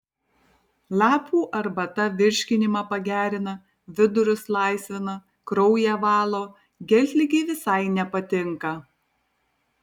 lapų arbata virškinimą pagerina vidurius laisvina kraują valo geltligei visai nepatinka